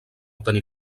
tenir